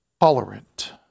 tolerant